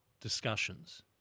discussions